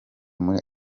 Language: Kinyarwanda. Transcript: muri